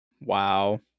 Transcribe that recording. wow